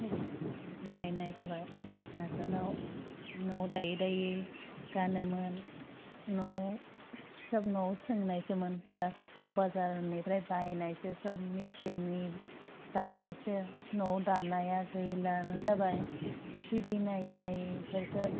सब बायनाय जाबाय आगोलाव न'वाव दायै दायै गानोमोन न'वाव सब न'वाव सोंनायसोमोन दास सब बाजारनिफ्राय बायनायसो सब मेचिननि दानायसो न'वाव दानाया गैलानो जाबाय टिभि नायै नायै बेफोरखो